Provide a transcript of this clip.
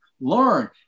learn